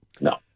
No